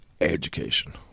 education